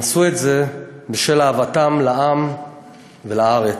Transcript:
הם עשו את זה בשל אהבתם לעם ולארץ.